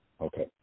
Okay